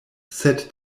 sed